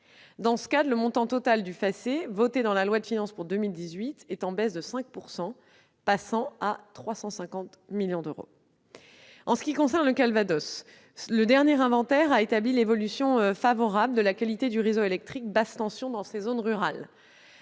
Dans ce cadre, le montant total du FACÉ, voté dans la loi de finances pour 2018, est en baisse de 5 %, passant à 360 millions d'euros. Deuxièmement, en ce qui concerne les zones rurales du Calvados, le dernier inventaire a établi l'évolution favorable de la qualité du réseau électrique basse tension. À l'inverse, les